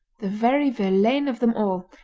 the very verlaine of them all,